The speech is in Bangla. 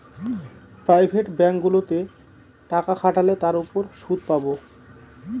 প্রাইভেট ব্যাঙ্কগুলোতে টাকা খাটালে তার উপর সুদ পাবো